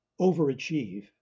overachieve